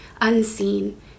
unseen